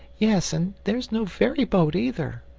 yes, and there's no ferry-boat either,